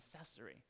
accessory